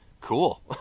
Cool